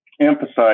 Emphasize